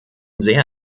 sehr